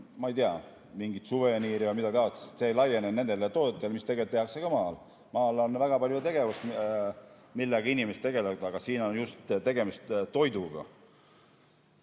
ma ei tea, suveniiri või mida tahes. See ei laiene nendele toodetele, mida tegelikult tehakse ka maal. Maal on väga palju tegevusi, millega inimesed tegelevad, aga siin on just tegemist toiduga.